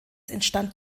entstand